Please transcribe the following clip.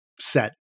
set